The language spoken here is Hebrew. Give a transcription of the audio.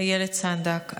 איילת סנדק,